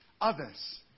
others